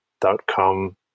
dot-com